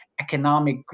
economic